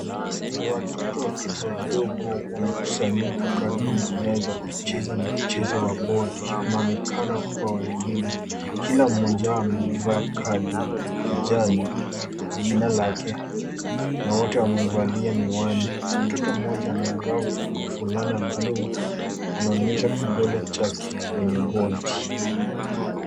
Watoto watoto wadogo wamekusanyika karibu na meza wakicheza mchezo wa bodi, unaonekana kuwa wa elimu. Kila mmoja wao amevaa kadi kijani jina lake na wote wamevalia miwani. Mtoto mmoja anayevaa fulana ya buluu anaonyesha kidole chake kwenye bodi.